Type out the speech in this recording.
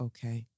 Okay